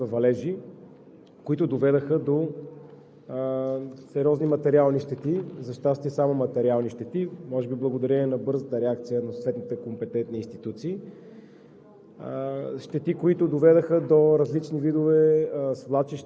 и в поредица от няколко дни паднаха сериозни количества валежи, които доведоха до сериозни материални щети – за щастие само материални щети, може би благодарение на бързата реакция на съответните компетентни институции,